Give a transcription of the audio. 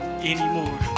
anymore